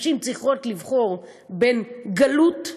נשים צריכות לבחור בין גלות,